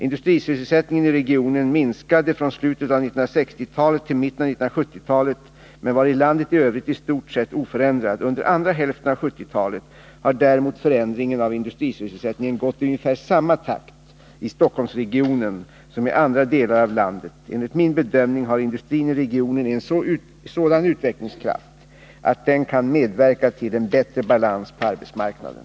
Industrisysselsättningen i regionen minskade från slutet av 1960-talet till mitten av 1970-talet men var i landet i Övrigt i stort sett oförändrad. Under andra hälften av 1970-talet har däremot förändringen av industrisysselsättningen gått i ungefär samma takt i Stockholmsregionen som i andra delar av landet. Enligt min bedömning har industrin i regionen en sådan utvecklingskraft att den kan medverka till en bättre balans på arbetsmarknaden.